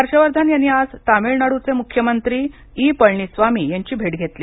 हर्ष वर्धन यांनी आज तामिळनाडूचे मुख्यमंत्री ई पळणीस्वामी यांची भेट घेतली